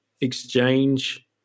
exchange